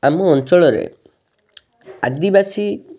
ଆମ ଅଞ୍ଚଳରେ ଆଦିବାସୀ